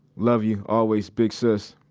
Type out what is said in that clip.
love you always, big sis